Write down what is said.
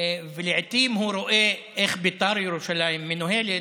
ולעיתים הוא רואה איך בית"ר ירושלים מנוהלת,